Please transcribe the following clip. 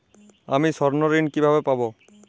আমি স্বর্ণঋণ কিভাবে পাবো?